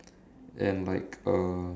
and like uh